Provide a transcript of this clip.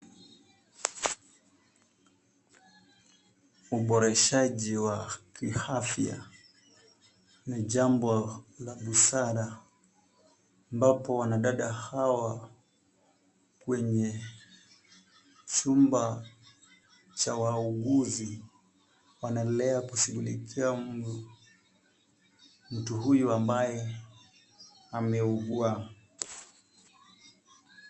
Uboreshaji wa kiafya ni jambo la busara, ambapo wanadada hawa kwenye chumba cha wauguzi ,wanaendelea kushughulikia mtu huyu ambaye ameugua.